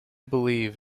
believe